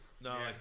No